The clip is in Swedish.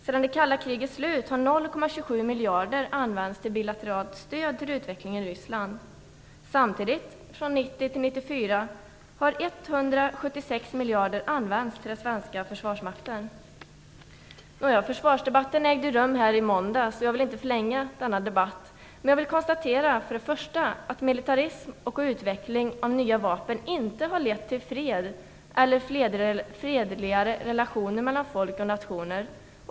Sedan det kalla krigets slut har 0,27 miljarder använts till bilateralt stöd till utvecklingen i Ryssland. Samtidigt, 1990-1994, har 176 miljarder använts till den svenska försvarsmakten. Försvarsdebatten ägde rum i måndags. Jag vill inte förlänga denna debatt, men jag vill för det första konstatera att militarism och utveckling av nya vapen inte har lett till fred eller fredligare relationer mellan folk och nationer.